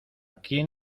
quien